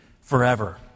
forever